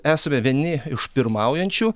esame vieni iš pirmaujančių